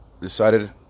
decided